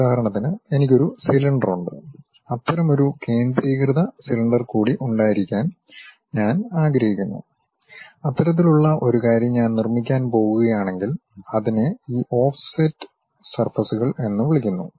ഉദാഹരണത്തിന് എനിക്ക് ഒരു സിലിണ്ടർ ഉണ്ട് അത്തരമൊരു കേന്ദ്രീകൃത സിലിണ്ടർ കൂടി ഉണ്ടായിരിക്കാൻ ഞാൻ ആഗ്രഹിക്കുന്നു അത്തരത്തിലുള്ള ഒരു കാര്യം ഞാൻ നിർമ്മിക്കാൻ പോകുകയാണെങ്കിൽ അതിനെ ഈ ഓഫ്സെറ്റ് സർഫസ്കൾ എന്ന് വിളിക്കുന്നു